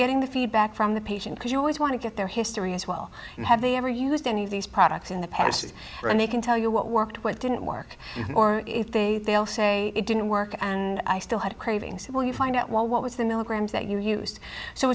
getting the feedback from the patient because you always want to get their history as well and have they ever used any of these products in the past and they can tell you what worked what didn't work or if they they all say it didn't work and i still had cravings when you find out well what was the milligrams that you used so